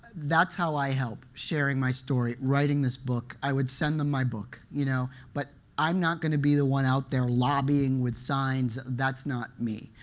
that's how i help sharing my story, writing this book. i would send them my book. you know but i'm not going to be the one out there lobbying with signs. that's not me.